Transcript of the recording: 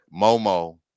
Momo